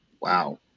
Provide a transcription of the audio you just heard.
wow